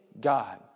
God